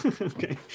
okay